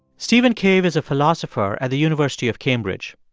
stephen cave is a philosopher at the university of cambridge.